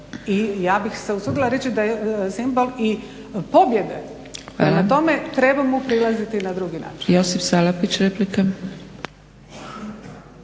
i ja bih se usudila reći da je simbol i pobjede prema tome treba mu prilaziti na drugi način.